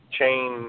chain